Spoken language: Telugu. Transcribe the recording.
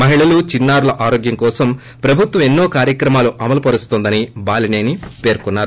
మహిళలు చిన్నారుల ఆరోగ్యం కోసం ప్రభుత్వం ోఎన్నో కార్యక్రమాలను అమలు చేస్తోందని బాలిసేని పేర్కొన్నారు